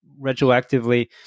retroactively